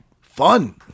fun